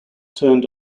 turned